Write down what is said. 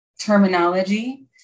terminology